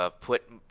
put